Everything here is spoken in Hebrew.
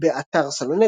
באתר סלונט,